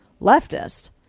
leftist